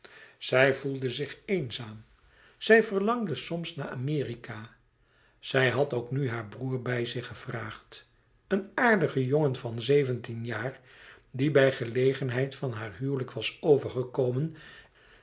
zij voelde zich eenzaam zij verlangde soms naar amerika zij had ook nu haar broêr bij zich gevraagd een aardige jongen van zeventien jaar die bij gelegenheid van haar huwelijk was overgekomen